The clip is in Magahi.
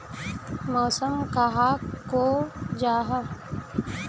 मौसम कहाक को जाहा?